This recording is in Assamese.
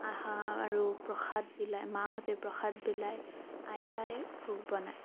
অহা আৰু প্ৰসাদ বিলায় মাঁহতে প্ৰসাদ বিলায় আইতাই ভোগ বনায়